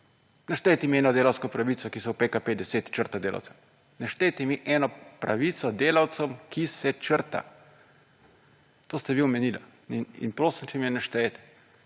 Naštejte mi eno delavsko pravico, ki se v PKP 10 črta delavca? Naštejte mi eno pravico delavcev, ki se črta? To ste vi omenila in prosim, če mi jo naštejete.